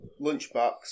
Lunchbox